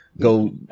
go